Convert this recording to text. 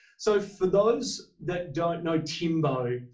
so for those that don't know timbo,